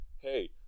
hey